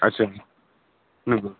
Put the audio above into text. आदसा नोंगौ